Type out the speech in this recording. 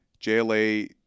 JLA